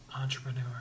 Entrepreneur